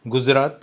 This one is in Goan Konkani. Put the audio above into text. गुजरात